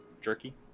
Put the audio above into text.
Jerky